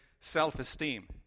self-esteem